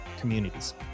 communities